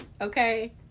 okay